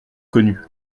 connu